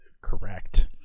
correct